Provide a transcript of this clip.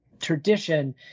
tradition